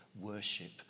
worship